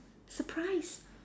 surprise